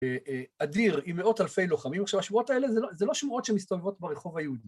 ‫אדיר, עם מאות אלפי לוחמים. ‫עכשיו, השמועות האלה זה לא שמועות ‫שמסתובבות ברחוב היהודית.